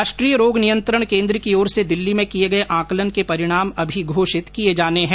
राष्ट्रीय रोग नियंत्रण केन्द्र की ओर से दिल्ली में किए गए आंकलन के परिणाम अभी घोषित किए जाने है